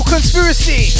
Conspiracy